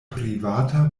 privata